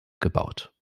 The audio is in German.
gebaut